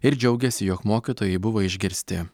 ir džiaugiasi jog mokytojai buvo išgirsti